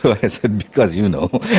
ah i said, because, you know,